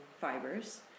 fibers